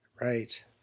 Right